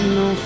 no